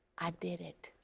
i did it.